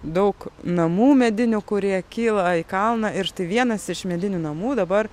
daug namų medinių kurie kyla į kalną ir štai vienas iš medinių namų dabar